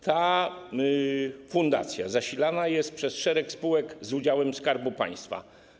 Ta fundacja zasilana jest przez szereg spółek z udziałem Skarbu Państwa.